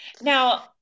Now